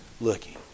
looking